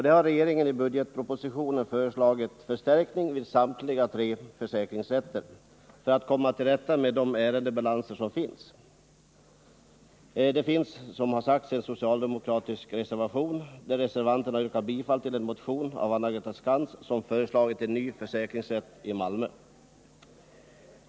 Där har regeringen i budgetpropositionen föreslagit förstärkningar i samtliga tre försäkringsrätter för att komma till rätta med de ärendebalanser som finns. Det föreligger en socialdemokratisk reservation där reservanterna yrkar bifall till en motion av Anna-Greta Skantz, som föreslagit en ny försäkringsrätt i Malmö.